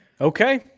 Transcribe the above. Okay